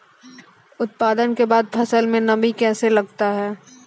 उत्पादन के बाद फसल मे नमी कैसे लगता हैं?